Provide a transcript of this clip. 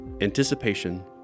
anticipation